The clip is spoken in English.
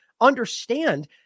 understand